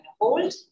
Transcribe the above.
Hold